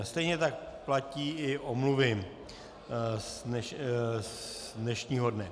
Stejně tak platí i omluvy z dnešního dne.